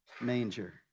manger